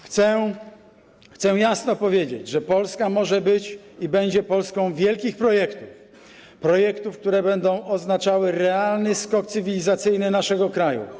Chcę jasno powiedzieć, że Polska może być i będzie Polską wielkich projektów, projektów, które będą oznaczały realny skok cywilizacyjny naszego kraju.